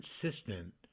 consistent